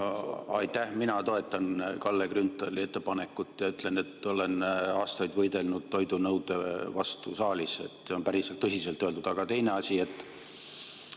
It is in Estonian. Aitäh! Mina toetan Kalle Grünthali ettepanekut ja ütlen, et olen aastaid võidelnud toidunõude vastu saalis. See on päris tõsiselt öeldud. Aga teine asi.